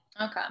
Okay